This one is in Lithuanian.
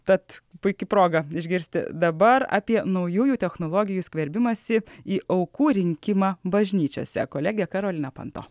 tad puiki proga išgirsti dabar apie naujųjų technologijų skverbimąsi į aukų rinkimą bažnyčiose kolegė karolina panto